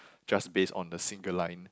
just based on the single line